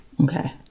Okay